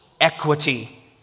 equity